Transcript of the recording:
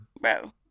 Bro